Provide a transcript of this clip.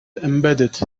embedded